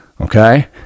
Okay